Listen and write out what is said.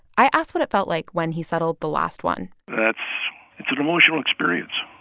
i asked what it felt like when he settled the last one that's it's an emotional experience